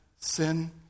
sin